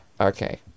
okay